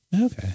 okay